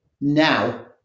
now